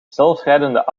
zelfrijdende